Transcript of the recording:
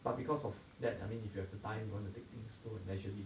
but because of that I mean if you have the time you want to take things slow leisurely